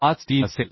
53 असेल